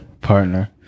partner